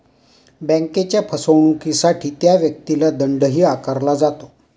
बँकेच्या फसवणुकीसाठी त्या व्यक्तीला दंडही आकारला जातो